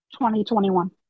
2021